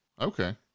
Okay